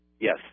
Yes